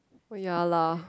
oh ya lah